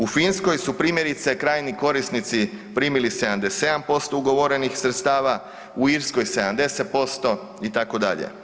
U Finskoj su primjerice, krajnji korisnici primili 77% ugovorenih sredstava, u Irskoj 70%, itd.